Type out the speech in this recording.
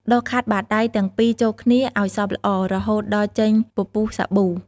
ដុសខាត់បាតដៃទាំងពីរចូលគ្នាឱ្យសព្វល្អ រហូតដល់ចេញពពុះសាប៊ូ។